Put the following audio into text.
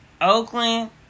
Oakland